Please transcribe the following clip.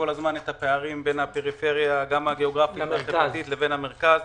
הפערים בין הפריפריה, גם החברתית, לבין המרכז.